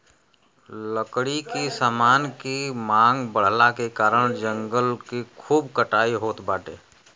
लकड़ी के समान के मांग बढ़ला के कारण जंगल के खूब कटाई होत बाटे